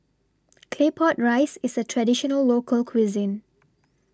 Claypot Rice IS A Traditional Local Cuisine